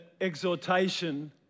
exhortation